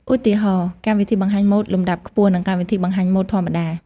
ឧទាហរណ៍ កម្មវិធីបង្ហាញម៉ូដលំដាប់ខ្ពស់ និងកម្មវិធីបង្ហាញម៉ូដធម្មតា។